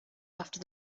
after